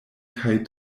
kaj